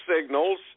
signals